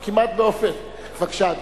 בבקשה.